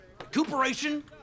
recuperation